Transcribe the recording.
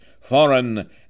foreign